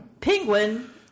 Penguin